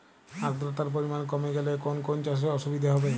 আদ্রতার পরিমাণ কমে গেলে কোন কোন চাষে অসুবিধে হবে?